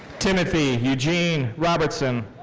timothy eugene robertson.